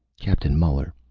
captain muller,